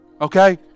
okay